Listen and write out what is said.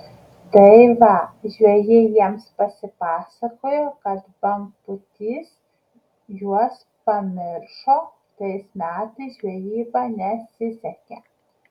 tai va žvejai jiems pasipasakojo kad bangpūtys juos pamiršo tais metais žvejyba nesisekė